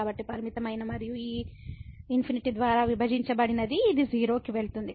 కాబట్టి లిమిట్ మైన మరియు ∞ ద్వారా విభజించబడినది ఇది 0 కి వెళుతుంది